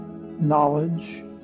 knowledge